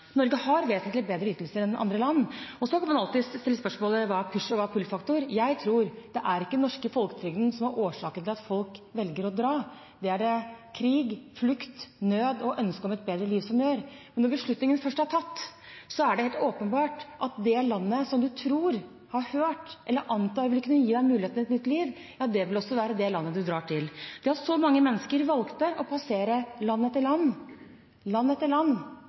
Norge har vesentlig bedre ytelser enn andre land. Man kan alltids stille spørsmålet om hva som er pushfaktorer, og hva som er pullfaktorer. Jeg tror ikke det er den norske folketrygden som er årsaken til at folk velger å dra. Det er det krig, flukt, nød og ønsket om et bedre liv som gjør. Men når beslutningen først er tatt, er det helt åpenbart at det landet som man tror, har hørt eller antar vil kunne gi en mulighet til et nytt liv, vil være det landet man drar til. Når så mange mennesker valgte å passere land etter land,